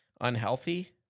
unhealthy